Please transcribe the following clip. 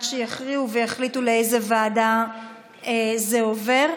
שיכריעו ויחליטו לאיזה ועדה זה עובר.